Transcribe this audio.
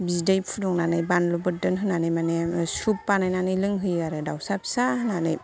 बिदै फुदुंनानै बानलु बोरदोन होनानै माने सुप बानायनानै लोंहोयो आरो दाउसा फिसा होनानै